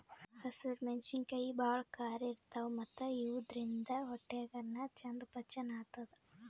ಹಸ್ರ್ ಮೆಣಸಿನಕಾಯಿ ಭಾಳ್ ಖಾರ ಇರ್ತವ್ ಮತ್ತ್ ಇವಾದ್ರಿನ್ದ ಹೊಟ್ಯಾಗ್ ಅನ್ನಾ ಚಂದ್ ಪಚನ್ ಆತದ್